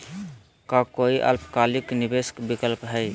का काई अल्पकालिक निवेस विकल्प हई?